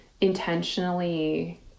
intentionally